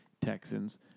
Texans